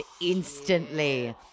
instantly